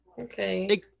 Okay